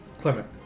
Clement